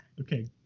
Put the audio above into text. Okay